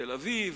תל-אביב,